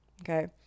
okay